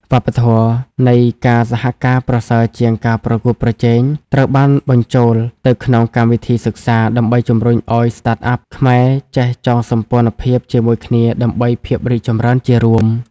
វប្បធម៌នៃ "ការសហការប្រសើរជាងការប្រកួតប្រជែង" ត្រូវបានបញ្ចូលទៅក្នុងកម្មវិធីសិក្សា ដើម្បីជម្រុញឱ្យ Startups ខ្មែរចេះចងសម្ព័ន្ធភាពជាមួយគ្នាដើម្បីភាពរីកចម្រើនជារួម។